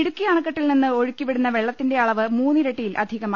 ഇടുക്കി അണക്കെട്ടിൽ നിന്ന് ഒഴുക്കി വിടുന്ന വെള്ളത്തിന്റെ അളവ് മൂന്നിരട്ടിയിൽ അധികമായി